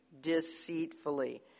deceitfully